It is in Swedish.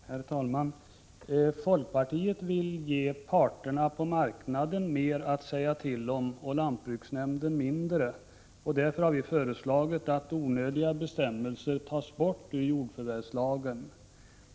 Herr talman! Folkpartiet vill ge parterna på marknaden mer att säga till om och lantbruksnämnderna mindre. Därför har vi föreslagit att onödiga bestämmelser tas bort ur jordförvärvslagen.